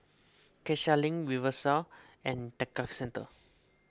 Cassia Link Rivervale and Tekka Centre